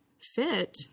fit